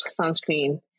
sunscreen